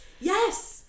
Yes